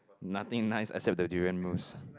nothing nice except the durian mousse